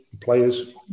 players